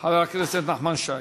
דב חנין.